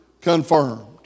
confirmed